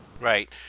Right